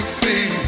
see